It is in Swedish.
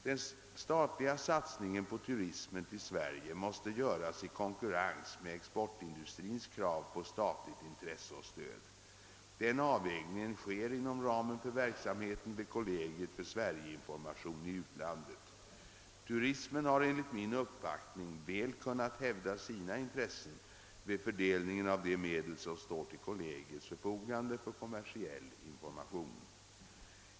Den statliga satsningen på turismen till Sverige måste göras i konkurrens med exportindustrins krav på statligt intresse och stöd. Den avvägningen sker inom ramen för verksamheten vid Kollegiet för Sverige-information i utlandet. Turismen har enligt min uppfattning väl kunnat hävda sina intressen vid fördelningen av de medel som står till Kollegiets förfogande för kommersiell information.